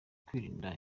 kwirinda